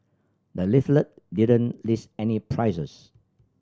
the leaflet didn't list any prices